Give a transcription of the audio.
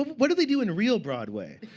what do they do in real broadway?